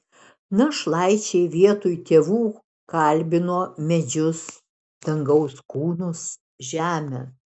našlaičiai vietoj tėvų kalbino medžius dangaus kūnus žemę